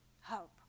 help